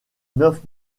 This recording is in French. neuf